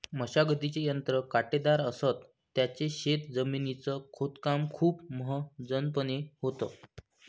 मशागतीचे यंत्र काटेदार असत, त्याने शेत जमिनीच खोदकाम खूप सहजपणे होतं